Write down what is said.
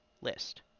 list